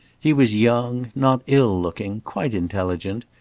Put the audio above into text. he was young, not ill-looking, quite intelligent,